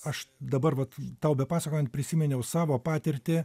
aš dabar vat tau bepasakojant prisiminiau savo patirtį